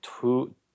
two